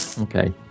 Okay